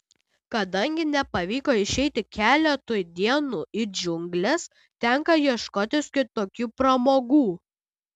kadangi nepavyko išeiti keletui dienų į džiungles tenka ieškotis kitokių pramogų